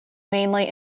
mainly